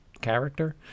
character